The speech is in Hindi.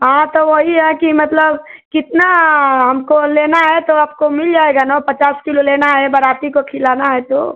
हाँ तो वही है कि मतलब कितना हमको लेना है तो आपको मिल जाएगा ना पचास किलो लेना है बराती को खिलाना है जो